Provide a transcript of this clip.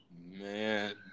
Man